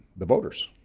the voters